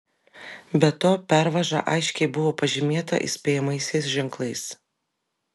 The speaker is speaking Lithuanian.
be to pervaža aiškiai buvo pažymėta įspėjamaisiais ženklais